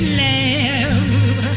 lamb